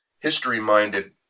history-minded